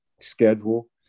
schedule